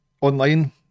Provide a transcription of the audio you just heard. online